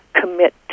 commit